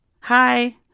Hi